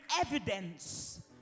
evidence